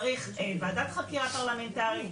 צריך וועדת חקירה פרלמנטרית,